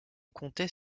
comptait